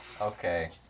Okay